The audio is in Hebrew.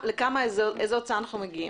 לאיזו הוצאה אנחנו מגיעים?